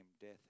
death